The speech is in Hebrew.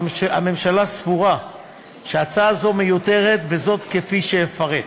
הממשלה סבורה שהצעה זו מיותרת, וזאת כפי שאפרט.